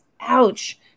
ouch